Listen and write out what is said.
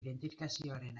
identifikazioaren